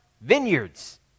vineyards